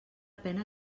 pena